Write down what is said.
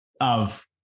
of-